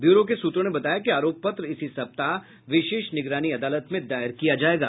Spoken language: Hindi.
ब्यूरो के सूत्रों ने बताया कि आरोप पत्र इसी सप्ताह विशेष निगरानी अदालत में दायर किया जायेगा